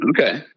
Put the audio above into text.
Okay